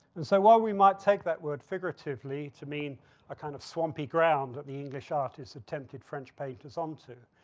and so while we might take that word figuratively to mean a kind of swampy ground that the english artist attempted french painters onto.